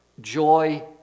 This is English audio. joy